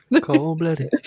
Cold-blooded